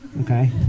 Okay